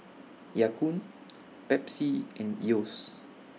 Ya Kun Pepsi and Yeo's